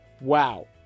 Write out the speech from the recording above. wow